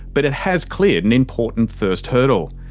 but it has cleared an important first hurdle.